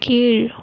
கீழ்